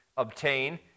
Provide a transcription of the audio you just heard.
obtain